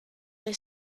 they